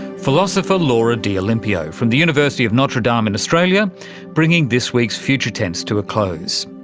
philosopher laura d'olimpio from the university of notre dame in australia bringing this week's future tense to a close.